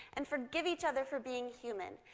and forgive each other for being human,